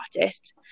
artist